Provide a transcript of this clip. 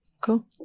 Cool